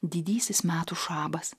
didysis metų šabas